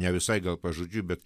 ne visai gal pažodžiui bet